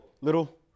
little